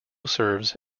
serves